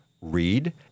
read